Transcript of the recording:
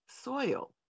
soil